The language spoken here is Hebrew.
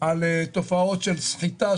על תופעות של סחיטה,